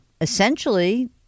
essentially